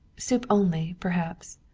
soup only, perhaps.